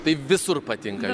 tai visur patinka